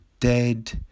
Dead